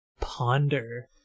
ponder